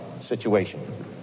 situation